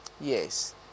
Yes